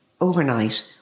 overnight